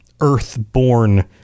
earth-born